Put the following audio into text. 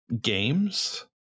games